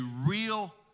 real